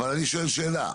אני שואל שאלה,